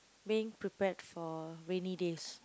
being prepared for rainy days